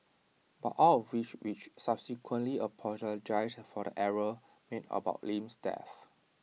but all of which which subsequently apologised for the error made about Lim's death